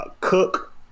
cook